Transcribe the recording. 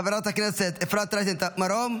חברת הכנסת אפרת רייטן מרום,